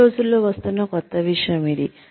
ఈ రోజుల్లో వస్తున్న కొత్త విషయం ఇది